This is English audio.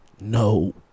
no